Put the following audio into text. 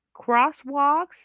crosswalks